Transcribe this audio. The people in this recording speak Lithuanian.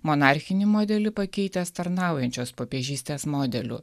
monarchinį modelį pakeitęs tarnaujančios popiežystės modeliu